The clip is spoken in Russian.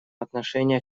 отношения